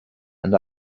and